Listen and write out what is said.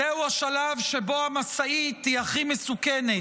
זהו השלב שבו המשאית היא הכי מסוכנת,